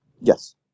Yes